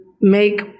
make